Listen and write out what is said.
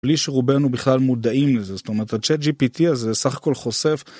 בלי שרובנו בכלל מודעים לזה, זאת אומרת, הצ'ט ג'יפיטי הזה סך הכל חושף.